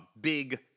big